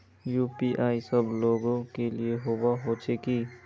UPI सब लोग के लिए होबे होचे की?